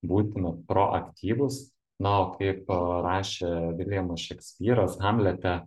būtumėt proaktyvūs na o kaip rašė viljamas šekspyras hamlete